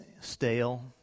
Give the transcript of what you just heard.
stale